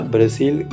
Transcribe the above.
Brazil